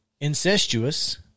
incestuous